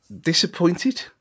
Disappointed